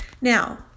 Now